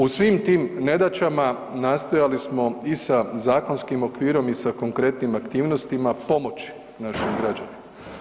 U svim tim nedaćama nastojali smo i sa zakonskim okvirom i sa konkretnim aktivnostima pomoći našim građanima.